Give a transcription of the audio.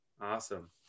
awesome